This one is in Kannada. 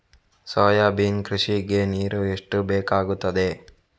ಸೋಯಾಬೀನ್ ಕೃಷಿಗೆ ನೀರು ಎಷ್ಟು ಬೇಕಾಗುತ್ತದೆ?